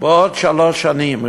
בעוד שלוש שנים.